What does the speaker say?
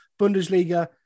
Bundesliga